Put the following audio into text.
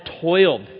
toiled